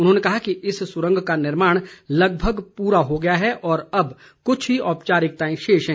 उन्होंने कहा कि इस सुरंग का निर्माण लगभग पूरा हो गया है और अब कुछ ही औपचारिकताएं शेष हैं